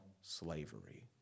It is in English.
slavery